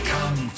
Come